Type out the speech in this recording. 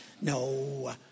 No